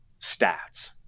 stats